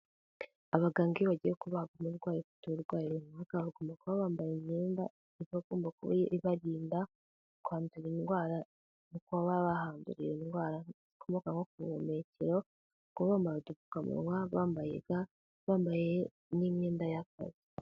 Abaganga iyo bagiye kubaga umurwayi ufite uburwayi runaka, bagomba kuba bambaye imyenda igomba kuba ibarinda kwandura indwara, mu kuba bahandurira indwara zikomoka nko ku buhumekero, kuba bamabaye udupfukamunwa, bambaye ga, bambaye n'imyenda y'akazi.